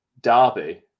Derby